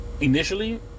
initially